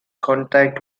contract